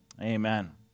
amen